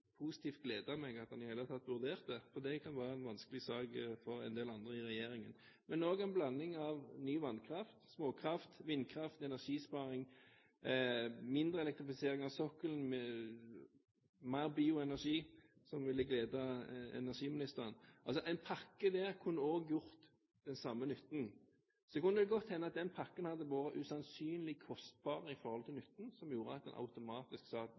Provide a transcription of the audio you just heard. positivt gleder meg at han i det hele tatt vurderte, for det kan være en vanskelig sak for en del andre i regjeringen. Men også en blanding av ny vannkraft, småkraft, vindkraft, energisparing, mindre elektrifisering av sokkelen og mer bioenergi ville gledet energiministeren – altså en pakke der kunne også gjort den samme nytten. Så kunne det godt hende at den pakken hadde blitt usannsynlig kostbar i forhold til nytten som gjorde at man automatisk